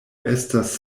estas